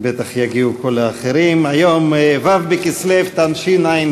בטח יגיעו כל האחרים, היום ו' בכסלו תשע"ו,